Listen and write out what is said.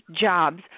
jobs